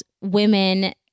women